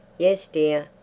yes, dear.